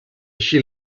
així